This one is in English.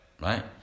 right